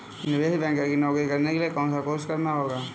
निवेश बैंकर की नौकरी करने के लिए कौनसा कोर्स करना होगा?